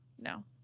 No